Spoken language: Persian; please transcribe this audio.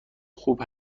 خوب